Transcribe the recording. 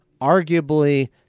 arguably